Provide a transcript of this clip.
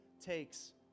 takes